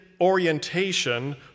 orientation